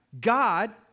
God